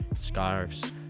scarves